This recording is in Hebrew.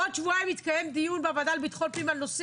בעוד שבועיים יתקיים דיון בוועדה לביטחון פנים בנושא